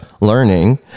learning